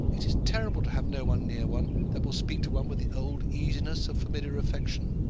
it is terrible to have no one near one that will speak to one with the old easiness of familiar affection.